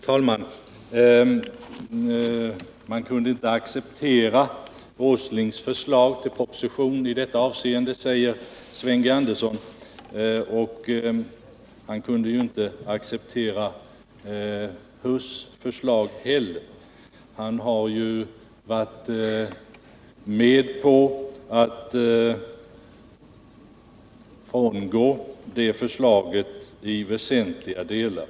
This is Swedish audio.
Herr talman! Man kunde inte acceptera Nils Åslings förslag till proposition i det här avseendet, säger Sven G. Andersson. Men Sven G. Andersson kunde tydligen inte heller acceptera industriminister Huss förslag. Han har ju varit med om att frångå det förslaget i väsentliga delar.